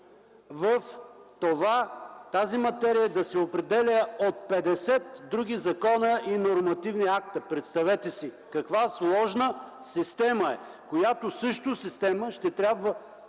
тази материя да се определя от 50 други закона и нормативни акта. Представете си каква сложна система! Същата тази система ще